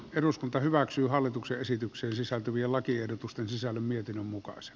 eduskunta hyväksyy hallituksen esitykseen sisältyviä lakiehdotusten sisällön mietinnön mukaan as